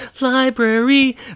library